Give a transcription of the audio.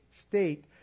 state